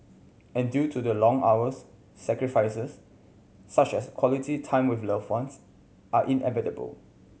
and due to the long hours sacrifices such as quality time with loved ones are inevitable